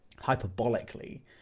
hyperbolically